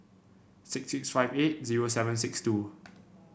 six six five eight zero seven six two